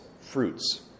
fruits